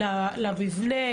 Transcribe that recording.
למבנה,